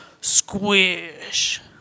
squish